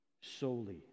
solely